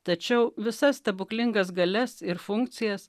tačiau visas stebuklingas galias ir funkcijas